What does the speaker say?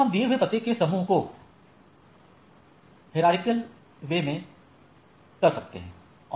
तो हम दिये हुए पते के समूह को पदानुक्क्रमित कर सकते हैं